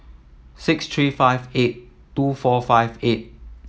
six three five eight two four five eight